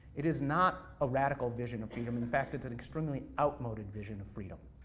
it is not a radical vision of freedom, in fact, it's an extremely outmoded vision of freedom.